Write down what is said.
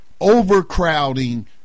overcrowding